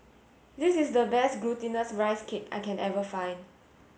this is the best glutinous rice cake I can ever find